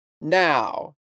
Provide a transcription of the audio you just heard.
Now